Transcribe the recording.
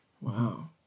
Wow